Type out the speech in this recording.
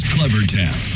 CleverTap